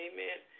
Amen